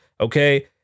okay